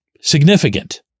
significant